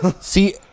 See